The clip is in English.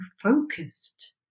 focused